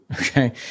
Okay